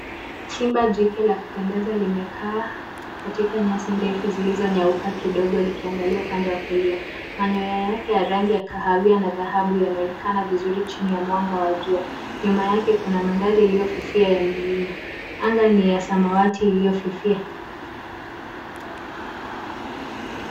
Simba jike la kupendeza limekaa katika nyasi ndefu zilizonyauka kidogo likiangalia upande wa kulia. Manyoya yake ya rangi ya kahawia na dhahabu yanaonekana vizuri chini ya mwanga wa jua. Nyuma yake kuna mandhari iliyofifia ya milima. Anga ni ya samawati iliyofifia.